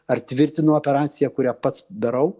ar tvirtinu operaciją kurią pats darau